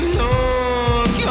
look